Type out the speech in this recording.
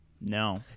No